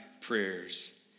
prayers